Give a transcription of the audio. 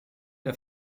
der